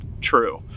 true